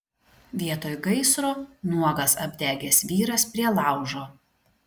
vietoj gaisro nuogas apdegęs vyras prie laužo